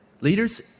Leaders